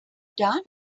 done